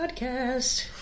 podcast